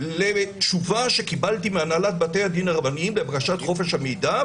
לתשובה שקיבלתי מהנהלת בתי הדין הרבניים בבקשת חופש המידע,